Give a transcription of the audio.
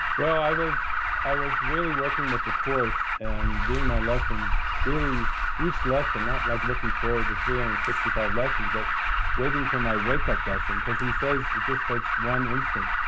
well, i was i was really working with the course and doing my lessons, really each lesson not like looking forward to three hundred and and sixty five lessons, but waiting for my wakeup lesson, because he says it just takes one instant.